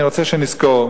אני רוצה שנזכור,